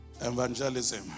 evangelism